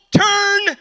turn